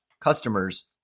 customers